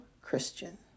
Christian